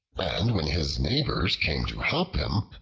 and when his neighbors came to help him,